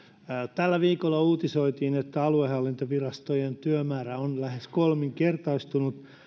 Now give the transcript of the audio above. tällä viikolla uutisoitiin että aluehallintovirastojen työmäärä on lähes kolminkertaistunut